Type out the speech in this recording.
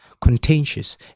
contentious